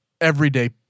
everyday